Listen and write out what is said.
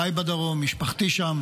חי בדרום, משפחתי שם